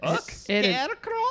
Scarecrow